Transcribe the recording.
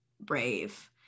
brave